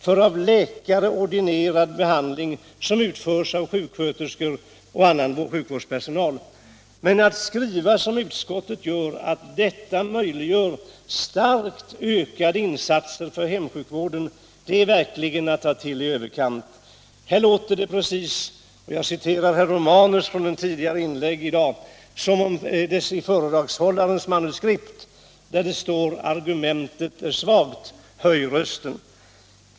för av läkare ordinerad behandling som utförs av sjuksköterskor och annan sjukvårdspersonal. Men att skriva som utskottet att detta möjliggör starkt ökade insatser för hemsjukvården är verkligen att ta till i överkant. Här kommer man att tänka på, som herr Romanus sade i ett tidigare inlägg i dag, vad som stod i föredragshållarens manuskript: argumentet svagt, höj rösten!